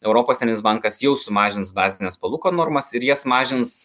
europos centrinis bankas jau sumažins bazines palūkanų normas ir jas mažins